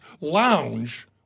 lounge